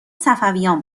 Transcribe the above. صفویان